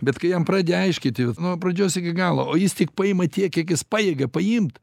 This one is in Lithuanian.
bet kai jam pradedi aiškinti nuo pradžios iki galo o jis tik paima tiek kiek jis pajėgia paimt